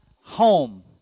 home